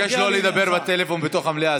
אבקש לא לדבר בטלפון בתוך המליאה.